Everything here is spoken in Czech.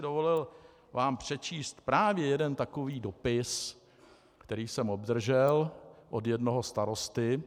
Dovolil bych si vám ale vám přečíst právě jeden takový dopis, který jsem obdržel od jednoho starosty.